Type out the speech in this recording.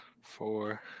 four